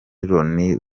loni